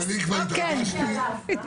הוצאת לי שתי קריאות.